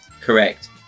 Correct